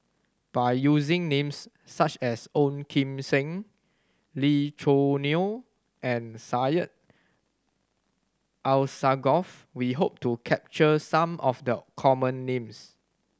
by using names such as Ong Kim Seng Lee Choo Neo and Syed Alsagoff we hope to capture some of the common names